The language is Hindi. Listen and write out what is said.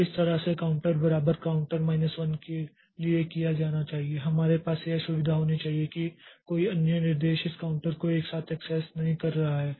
तो इस तरह से काउंटर बराबर काउंटर माइनस 1 के लिए किया जाना चाहिए हमारे पास यह सुविधा होनी चाहिए कि कोई अन्य निर्देश इस काउंटर को एक साथ एक्सेस नहीं कर रहा है